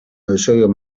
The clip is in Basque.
eusebio